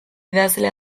idazle